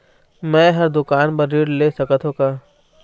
मैं हर दुकान बर ऋण ले सकथों का?